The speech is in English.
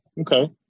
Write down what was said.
Okay